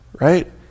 right